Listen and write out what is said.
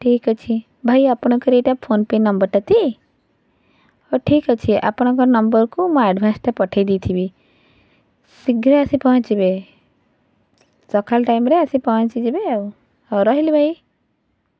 ଠିକ୍ ଅଛି ଭାଇ ଆପଣଙ୍କର ଏଇଟା ଫୋନ ପେ ନମ୍ବରଟା ତି ହଉ ଠିକ୍ ଅଛି ଆପଣଙ୍କ ନମ୍ବରକୁ ମୁଁ ଆଡ଼ଭାନ୍ସଟା ପଠାଇ ଦେଇଥିବି ଶୀଘ୍ର ଆସି ପହଞ୍ଚିବେ ସକାଳ ଟାଇମ୍ରେ ଆସି ପହଞ୍ଚିଯିବେ ଆଉ ହଉ ରହିଲି ଭାଇ